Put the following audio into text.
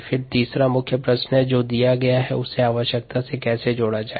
फिर तीसरा मुख्य प्रश्न जो दिया गया है उसे आवश्यकता से कैसे जोड़ा जाए